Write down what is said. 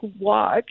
walk